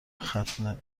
ختنه